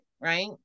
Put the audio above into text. right